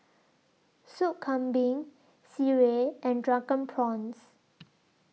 Soup Kambing Sireh and Drunken Prawns